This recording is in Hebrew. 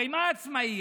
הרי מה זה עצמאי?